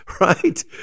right